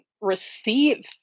receive